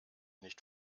nicht